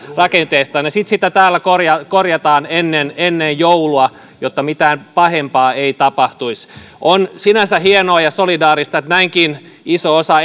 ja sitten sitä täällä korjataan ennen ennen joulua jotta mitään pahempaa ei tapahtuisi on sinänsä hienoa ja solidaarista että näinkin iso osa